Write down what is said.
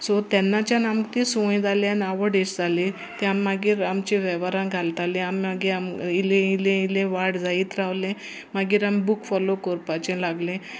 so तेन्नाच्यान आमकां तीं सवंय जालीं आनी आवडशी जाली ती आमी मागीर आमची वेव्हारां घालतालीं आमी मागीर आमी इल्लें इल्लें इल्लें वाड जायत रावलें मागीर आमी बूक फोलो करपाचें लागलें